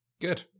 good